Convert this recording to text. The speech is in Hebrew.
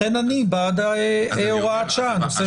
לכן אני בעד הוראת שעה נוספת.